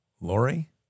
Lori